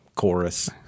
chorus